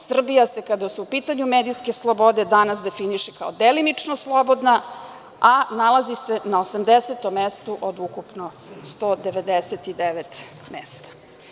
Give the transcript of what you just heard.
Srbija se, kada su u pitanju medijske slobode, danas definiše kao delimično slobodna, a nalazi se na 80. mestu od ukupno 199 mesta.